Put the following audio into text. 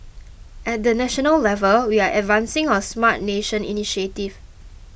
at the national level we are advancing our Smart Nation initiative